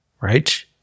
right